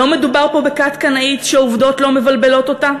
לא מדובר פה בכת קנאית שעובדות לא מבלבלות אותה?